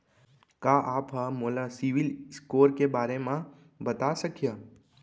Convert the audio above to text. का आप हा मोला सिविल स्कोर के बारे मा बता सकिहा?